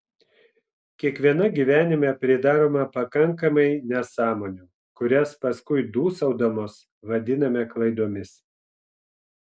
kiekviena gyvenime pridarome pakankamai nesąmonių kurias paskui dūsaudamos vadiname klaidomis